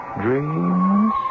dreams